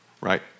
right